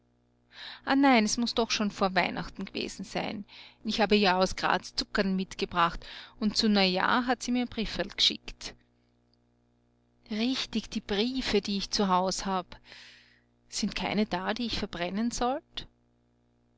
nein es muß doch schon vor weihnachten gewesen sein ich hab ihr ja aus graz zuckerln mitgebracht und zu neujahr hat sie mir ein brieferl g'schickt richtig die briefe die ich zu haus hab sind keine da die ich verbrennen sollt